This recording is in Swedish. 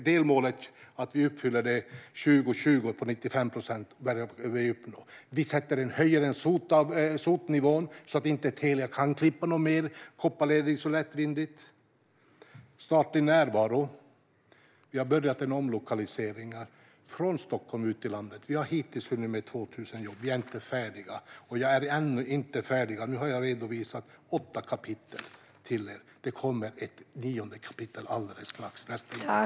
Delmålet på 95 procent ska vi uppnå 2020. Vi höjer SOT-nivån så att Telia inte kan klippa fler kopparledningar så lättvindigt. När det gäller statlig närvaro har vi börjat med omlokaliseringar från Stockholm ut i landet. Hittills har vi hunnit med 2 000 jobb, men vi är inte färdiga. Nu har jag redovisat åtta kapitel för er. Det kommer ett nionde kapitel alldeles strax.